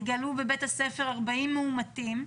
התגלו בבית הספר 40 מאומתים.